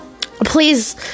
Please